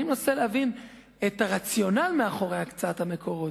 אני מנסה להבין את הרציונל בנושא המקורות.